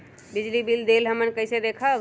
बिजली बिल देल हमन कईसे देखब?